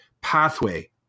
pathway